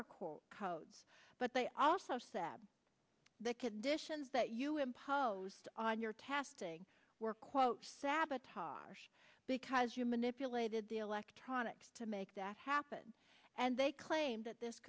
error codes but they also said the conditions that you imposed on your testing were quote sabotage because you manipulated the electronics to make that happen and they claimed that this